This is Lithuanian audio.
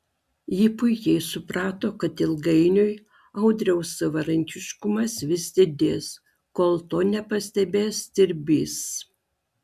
ji puikiai suprato kad ilgainiui audriaus savarankiškumas vis didės kol to nepastebės stirbys